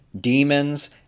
demons